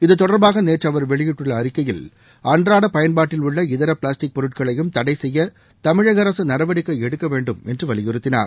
இத்தொடர்பாக நேற்று அவர் வெளியிட்டுள்ள அறிக்கையில் அன்றாட பயன்பாட்டில் உள்ள இதர பிளாஸ்டிக் பொருட்களையும் தடைசெய்ய தமிழக அரசு நடவடிக்கை எடுக்க வேண்டும் என்று வலியுறுத்தினார்